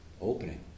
Opening